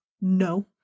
No